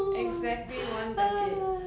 exactly one decade